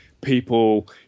people